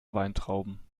weintrauben